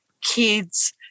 kids